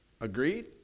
Agreed